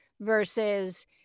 versus